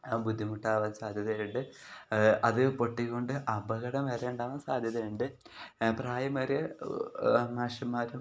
ബുദ്ധിമുട്ടാവാൻ സാധ്യതയുണ്ട് അത് പൊട്ടി കൊണ്ട് അപകടം വരെയുണ്ടാകാൻ സാധ്യതയുണ്ട് പ്രായം വരെ മാഷന്മാരും